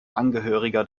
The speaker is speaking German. angehöriger